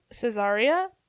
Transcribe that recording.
Caesarea